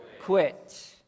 quit